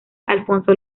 alfonso